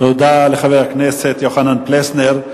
תודה לחבר הכנסת יוחנן פלסנר.